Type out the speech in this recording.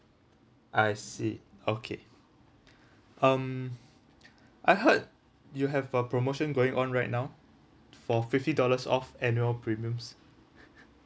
I see okay um I heard you have a promotion going on right now for fifty dollars off annual premiums